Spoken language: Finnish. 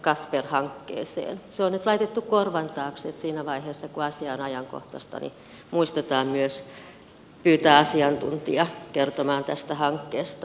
se on nyt laitettu korvan taakse että siinä vaiheessa kun asia on ajankohtainen muistetaan pyytää myös asiantuntija kertomaan tästä hankkeesta